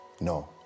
no